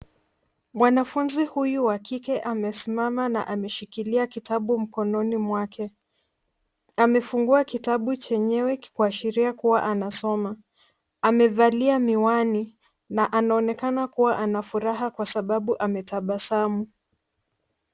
Mwanafuzi huyu wa kike amesimama na ameshikilia kitabu mkononi mwake, amefungua kitabu chenyewe kuashiria kuwa anasoma, amevalia miwani na anaonekana kuwa ana furaha kwa sababu ametabasamu.